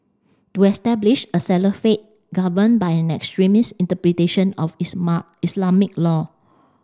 to establish a governed by an extremist interpretation of Islamic law